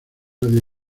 nadie